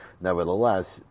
nevertheless